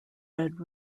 red